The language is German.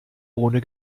ohne